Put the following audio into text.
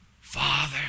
Father